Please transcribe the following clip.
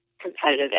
competitive